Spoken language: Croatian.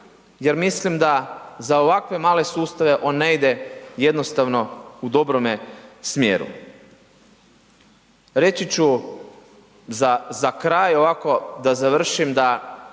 jer mislim da za ovakve male sustave on ne ide jednostavno u dobre smjeru. Reći ću za kraj ovako da završimo da